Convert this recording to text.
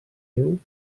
veu